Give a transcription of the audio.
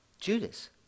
Judas